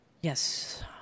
Yes